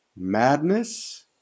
madness